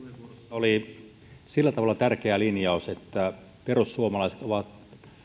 oli sillä tavalla tärkeä linjaus että perussuomalaiset ovat